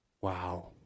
Wow